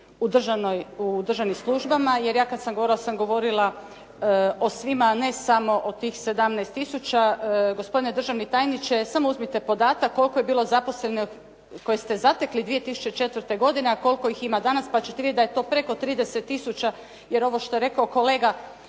u državnim službama jer ja kada sam govorila sam govorila o svima a ne samo o tih 17 tisuća. Gospodine državni tajniče, samo uzmite koliko je bilo zaposlenih koje ste zatekli 2004. godine, a koliko ih ima danas, pa ćete vidjet preko 30 tisuća, jer ovo što je rekao kolega,